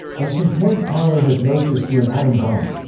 and compared parlor hypnosis to an atom bomb.